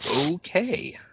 Okay